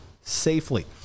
safely